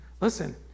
listen